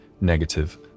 negative